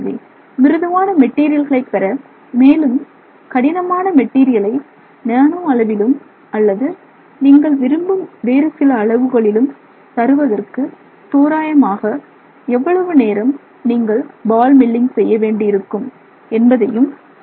எனவே மிருதுவான மெட்டீரியல்களை பெற மேலும் கடினமான மெட்டீரியலை நேனோ அளவிலும் அல்லது நீங்கள் விரும்பும் வேறு சில அளவுகளிலும் தருவதற்கு தோராயமாக எவ்வளவு நேரம் நீங்கள் பால் மில்லிங் செய்ய வேண்டியிருக்கும் என்பதையும் சொல்ல முடியும்